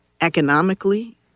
economically